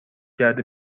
کرده